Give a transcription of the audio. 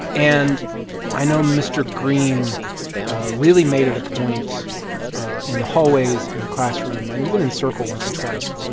and i know mr. greene really made it a point ah in the hallways, in the classroom and even in circle, once or twice,